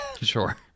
Sure